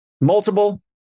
multiple